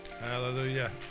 Hallelujah